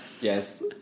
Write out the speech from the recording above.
Yes